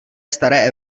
staré